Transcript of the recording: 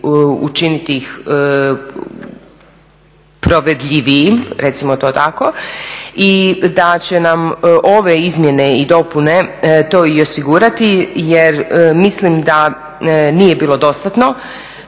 učiniti ih provedljivijim, recimo to tako i da će nam ove izmjene i dopune to i osigurati jer mislim da nije bilo dostatno